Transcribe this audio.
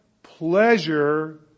Pleasure